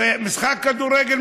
הרי משחק כדורגל,